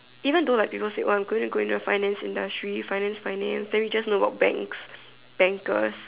even though like people that say oh I going to go into the finance industry finance finance then we just know about banks bankers